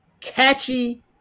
catchy